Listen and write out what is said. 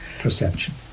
perception